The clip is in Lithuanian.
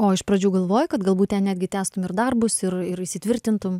o iš pradžių galvojai kad galbūt ten netgi tęstum ir darbus ir ir įsitvirtintum